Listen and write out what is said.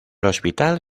hospital